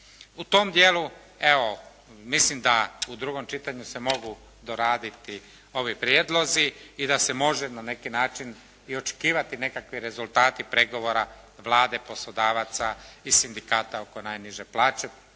U tom dijelu evo mislim da u drugom čitanju se mogu doraditi ovi prijedlozi i da se može na neki način i očekivati nekakvi rezultati pregovora Vlade, poslodavaca i sindikata oko najniže plaće